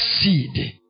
seed